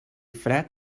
fred